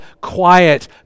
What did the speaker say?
quiet